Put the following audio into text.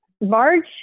Marge